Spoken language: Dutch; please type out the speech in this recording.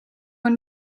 een